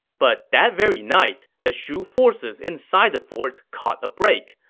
but that very night, the shu forces inside the forts caught a break.